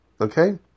okay